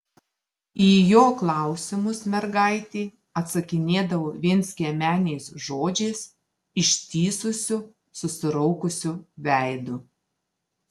į jo klausimus mergaitė atsakinėdavo vienskiemeniais žodžiais ištįsusiu susiraukusiu veidu